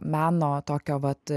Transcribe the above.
meno tokio vat